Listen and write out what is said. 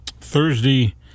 Thursday